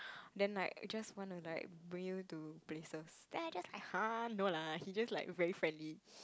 then like just want to like bring you to places then I just like !huh! no lah he just like very friendly